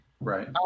Right